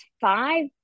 five